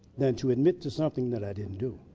than to admit to something that i didn't do.